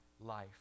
life